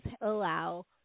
allow